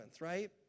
right